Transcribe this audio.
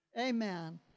Amen